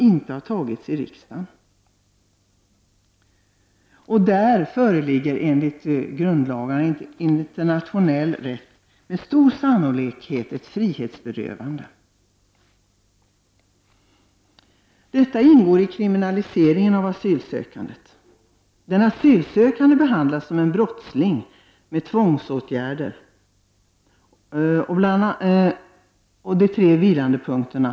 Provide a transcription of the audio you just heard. Detta har riksdagen inte fattat något beslut om. Enligt grundlagen och internationell rätt föreligger det där med stor sannolikhet ett frihetsberövande. Allt detta ingår i kriminaliseringen av asylsökandet. Den asylsökande behandlas som en brottsling och utsätts för tvångsåtgärder i enlighet med de tre vilande punkterna.